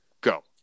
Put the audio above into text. Go